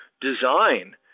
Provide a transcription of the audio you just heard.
design